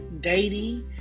dating